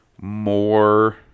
more